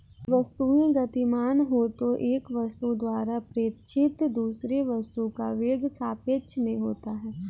वस्तुएं गतिमान हो तो एक वस्तु द्वारा प्रेक्षित दूसरे वस्तु का वेग सापेक्ष में होता है